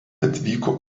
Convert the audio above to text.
atvyko